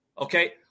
okay